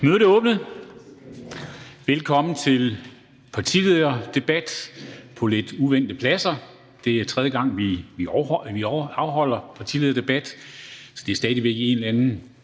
Kristensen): Velkommen til partilederdebat på lidt uvante pladser. Det er tredje gang, vi afholder partilederdebat. Det er stadig væk i en eller anden